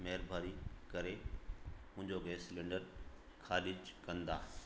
महिरबानी करे मुंहिंजो गैस सिलेंडर ख़ारिजु कंदा